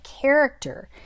character